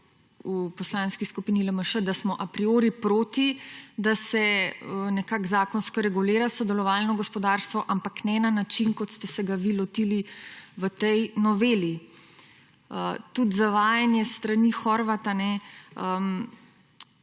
v Poslanski skupini LMŠ, da smo a priori proti, da se nekako zakonsko regulira sodelovalno gospodarstvo, ampak ne na način kot ste se ga vi lotili v tej noveli. Tudi zavajanje s strani Horvata,